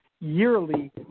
yearly